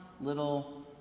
little